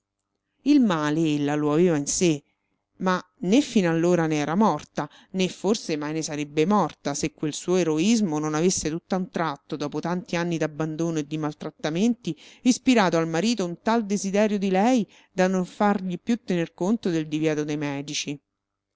aveva in sé ma né fin allora ne era morta né forse mai ne sarebbe morta se quel suo eroismo non avesse tutt'a un tratto dopo tanti anni d'abbandono e di maltrattamenti ispirato al marito un tal desiderio di lei da non fargli più tener conto del divieto dei medici